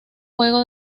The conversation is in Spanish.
juego